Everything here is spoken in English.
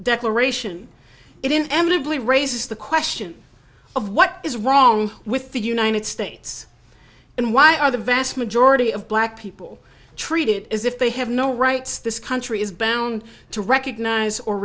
declaration it in evidently raises the question of what is wrong with the united states and why are the vast majority of black people treated as if they have no rights this country is bound to recognize or